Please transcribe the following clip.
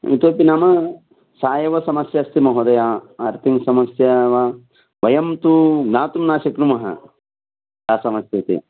इतोपि नाम सा एव समस्या अस्ति महोदय अर्तिङ् समस्या वा वयं तु ज्ञातुं न शक्नुमः का समस्या इति